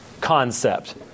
concept